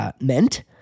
Meant